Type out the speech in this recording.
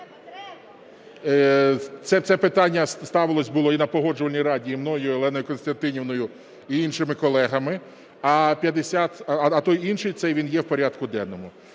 Це питання ставилось, було і на Погоджувальній раді і мною, і Оленою Костянтинівною, і іншими колегами. А 50... А той інший – це він є в порядку денному.